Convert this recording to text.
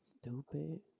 Stupid